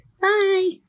Bye